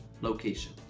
location